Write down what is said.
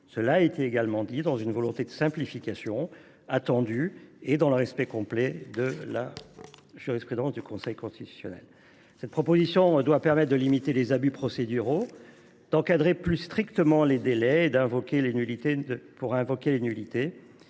Cela s’inscrit dans une volonté de simplification attendue et dans le respect complet de la jurisprudence du Conseil constitutionnel. La présente proposition de loi doit permettre de limiter les abus procéduraux, d’encadrer plus strictement les délais pour invoquer les nullités